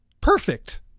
Perfect